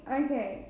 okay